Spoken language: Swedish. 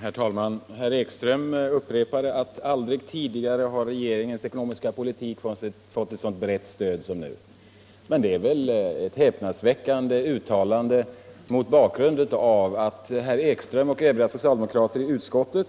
Herr talman! Herr Ekström upprepade att aldrig tidigare har regeringens ekonomiska politik fått ett så brett stöd som nu. Det är ett häpnadsväckande uttalande mot bakgrund av att herr Ekström och övriga socialdemokrater i utskottet